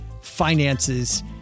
finances